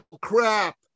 crap